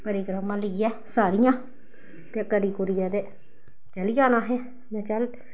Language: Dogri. परिक्रमा लेइयै सारियां ते करी कुरियै ते चली जाना असें में चल